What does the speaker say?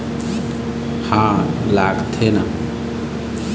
KYC नवीनीकरण करवाये Aadhaar card लगथे?